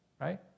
Right